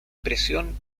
presión